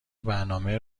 برنامه